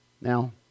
Now